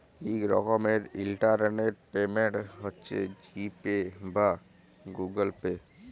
ইক রকমের internet payment হছে জি পে বা গুগল পে